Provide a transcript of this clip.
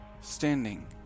standing